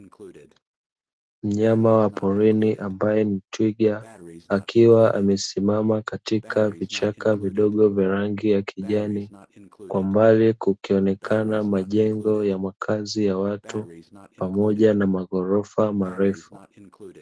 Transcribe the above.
Mnyama wa porini ambaye ni twiga akiwa amesimama katika vichaka vidogo vya rangi ya kijani, kwa mbali kukionekana majengo ya makazi ya watu pamoja na magorofa marefu.